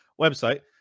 website